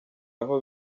aho